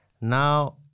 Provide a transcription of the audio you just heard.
now